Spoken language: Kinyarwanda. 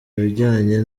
ibijyanye